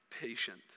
Patient